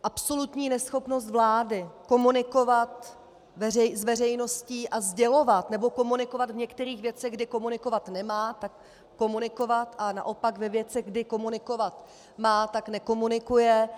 Absolutní neschopnost vlády komunikovat s veřejností a sdělovat, nebo komunikovat v některých věcech, kde komunikovat nemá, tak komunikovat, a naopak ve věcech, kdy komunikovat má, tak nekomunikuje.